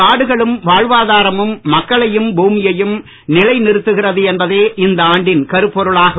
காடுகளும் வாழ்வாதரமும் மக்களையும் பூமையையும் நிலைநிறுத்துகிறது என்பதே இந்த ஆண்டின் கருப்பொருளாகும்